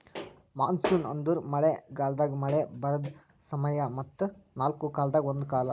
monsoon ಅಂದುರ್ ಮಳೆ ಗಾಲದಾಗ್ ಮಳೆ ಬರದ್ ಸಮಯ ಮತ್ತ ನಾಲ್ಕು ಕಾಲದಾಗ ಒಂದು ಕಾಲ